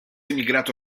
emigrato